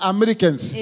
Americans